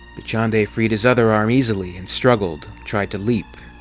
dachande freed his other arm easily and struggled, tried to leap.